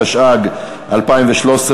התשע"ג 2013,